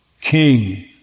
king